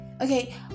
Okay